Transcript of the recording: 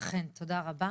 אכן, תודה רבה.